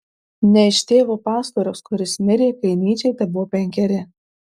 ne iš tėvo pastoriaus kuris mirė kai nyčei tebuvo penkeri